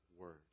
word